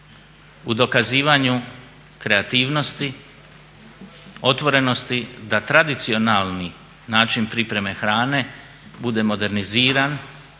U dokazivanju kreativnosti, otvorenosti da tradicionalni način pripreme hrane bude moderniziran